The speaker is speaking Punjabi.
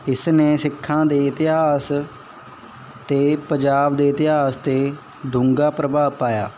ਇਸ ਨੇ ਸਿੱਖਾਂ ਦੇ ਇਤਿਹਾਸ ਅਤੇ ਪੰਜਾਬ ਦੇ ਇਤਿਹਾਸ 'ਤੇ ਡੂੰਘਾ ਪ੍ਰਭਾਵ ਪਾਇਆ